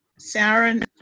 Saren